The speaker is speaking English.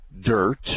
dirt